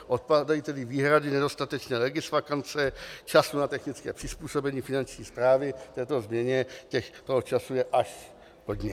Odpadají tedy výhrady nedostatečné legisvakance, času na technické přizpůsobení Finanční správy této změně, toho času je až hodně.